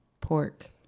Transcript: pork